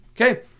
Okay